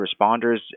responders